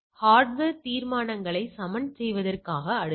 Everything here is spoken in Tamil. இது ஹார்ட்வர் தீர்மானங்களை சமன் செய்வதற்கான அடுக்கு